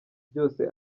byose